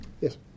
Yes